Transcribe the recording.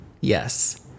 yes